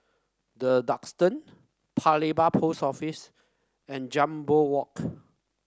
The Duxton Paya Lebar Post Office and Jambol Walk